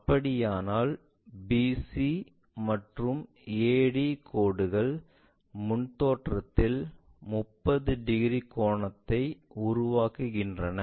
அப்படியானால் BC மற்றும் AD கோடுகள் முன் தோற்றம் இல் 30 டிகிரி கோணத்தை உருவாக்குகின்றன